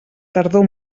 tardor